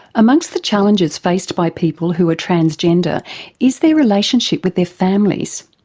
among the challenges faced by people who are transgender is their relationship with their families.